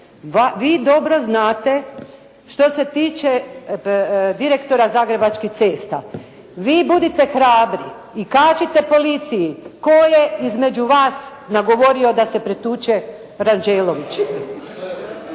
vi dobro znate što se tiče direktora Zagrebačkih cesta vi budite hrabri i kažite policiji tko je između vas nagovorio da se pretuče Rađenović.